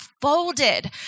folded